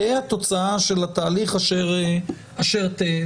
תהא התוצאה של התהליך אשר תהא.